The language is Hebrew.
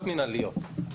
ברשויות מנהליות,